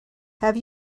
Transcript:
have